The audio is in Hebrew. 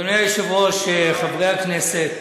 אדוני היושב-ראש, חברי הכנסת,